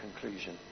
conclusion